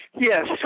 Yes